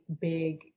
big